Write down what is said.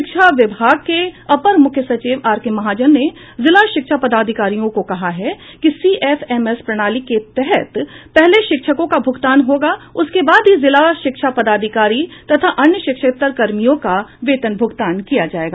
शिक्षा विभाग के अपर मुख्य सचिव आर के महाजन ने जिला शिक्षा पदाधिकारियों को कहा है कि सीएफएमएस प्रणाली के तहत पहले शिक्षकों का भूगतान होगा उसके बाद ही जिला शिक्षा पदाधिकारी तथा अन्य शिक्षकेत्तर कर्मियों का वेतन भुगतान किया जायेगा